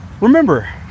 Remember